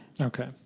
Okay